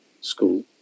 school